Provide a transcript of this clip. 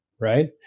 right